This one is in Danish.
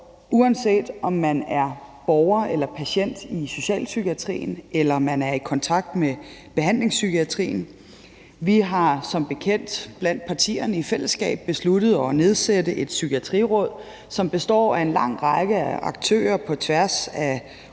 uanset om man er borger eller patient i socialpsykiatrien eller man er i kontakt med behandlingspsykiatrien. Vi har som bekendt blandt partierne i fællesskab besluttet at nedsætte et psykiatriråd, som består af en lang række af aktører på tværs af